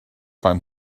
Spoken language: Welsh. fan